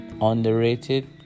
underrated